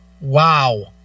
Wow